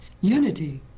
unity